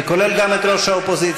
זה כולל גם את ראש האופוזיציה.